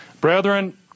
Brethren